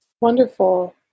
Wonderful